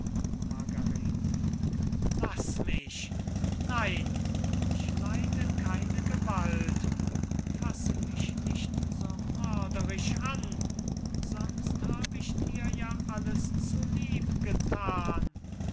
laß mich nein ich leide keine gewalt fasse mich nicht so mörderisch an sonst hab ich dir ja alles zu lieb